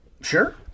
Sure